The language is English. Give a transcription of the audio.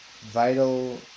vital